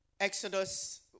Exodus